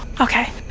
Okay